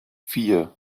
vier